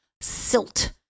silt